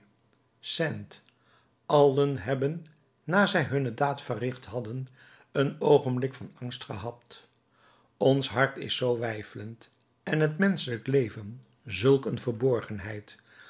allen hebben na zij hunne daad verricht hadden een oogenblik van angst gehad ons hart is zoo weifelend en het menschelijk leven zulk een